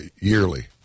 yearly